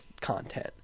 content